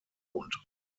und